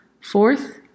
Fourth